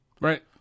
Right